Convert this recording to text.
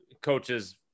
coaches